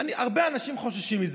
הרבה אנשים חוששים מזה.